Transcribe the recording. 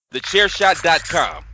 TheChairShot.com